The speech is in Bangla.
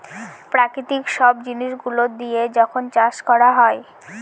প্রাকৃতিক সব জিনিস গুলো দিয়া যখন চাষ করা হয়